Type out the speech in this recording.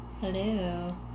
Hello